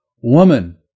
Woman